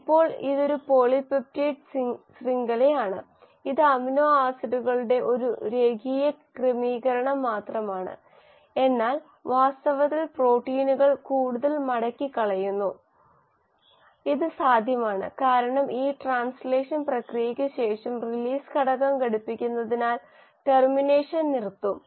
ഇപ്പോൾ ഇതൊരു പോളിപെപ്റ്റൈഡ് ശൃംഖലയാണ് ഇത് അമിനോ ആസിഡുകളുടെ ഒരു രേഖീയ ക്രമീകരണം മാത്രമാണ് എന്നാൽ വാസ്തവത്തിൽ പ്രോട്ടീനുകൾ കൂടുതൽ മടക്കിക്കളയുന്നു ഇത് സാധ്യമാണ് കാരണം ഈ ട്രാൻസ്ലേഷൻ പ്രക്രിയയ്ക്ക് ശേഷം റിലീസ് ഘടകം ബന്ധിപ്പിക്കുന്നതിനാൽ ടെർമിനേഷൻ നിർത്തും